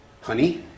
honey